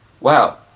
wow